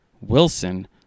Wilson